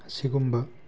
ꯑꯁꯤꯒꯨꯝꯕ